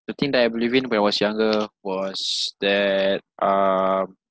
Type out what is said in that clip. the thing that I believed in when I was younger was that um